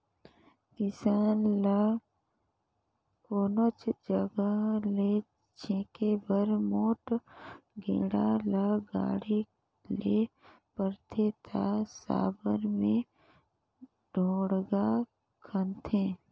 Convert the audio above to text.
किसान ल कोनोच जगहा ल छेके बर मोट गेड़ा ल गाड़े ले परथे ता साबर मे ढोड़गा खनथे